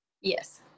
Yes